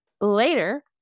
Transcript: Later